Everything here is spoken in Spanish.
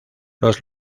los